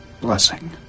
blessing